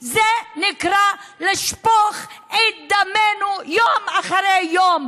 זה נקרא לשפוך את דמנו יום אחרי יום.